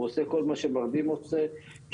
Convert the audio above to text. הוא עושה כל מה שמרדים עושה כמעט,